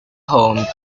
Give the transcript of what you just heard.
home